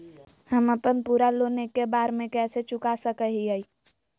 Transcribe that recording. हम अपन पूरा लोन एके बार में कैसे चुका सकई हियई?